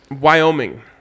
Wyoming